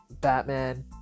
Batman